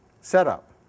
setup